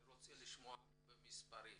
אני רוצה לשמוע במספרים.